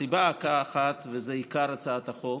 הסיבה האחת, וזה עיקר הצעת החוק,